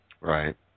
Right